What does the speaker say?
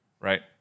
right